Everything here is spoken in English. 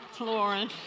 Lauren